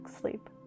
sleep